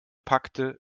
packte